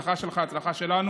לסרכזות באיראן זה לא משנה,